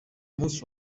munsi